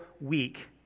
week